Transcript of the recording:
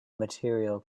material